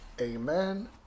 amen